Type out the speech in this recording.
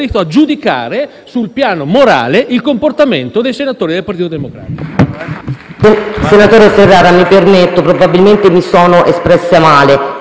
a giudicare sul piano morale il comportamento dei senatori del Partito Democratico.